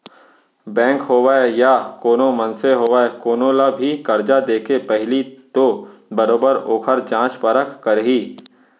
bank होवय या कोनो मनसे होवय कोनो ल भी करजा देके पहिली तो बरोबर ओखर जाँच परख करही